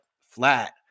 flat